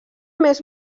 més